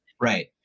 Right